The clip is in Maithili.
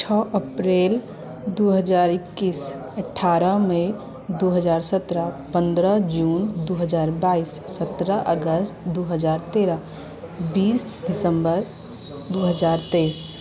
छओ अप्रैल दू हजार इक्कीस अठारह मई दू हजार सतरह पन्द्रह जुन दू हजार बाइस सतरह अगस्त दू हजार तेरह बीस दिसम्बर दू हजार तेइस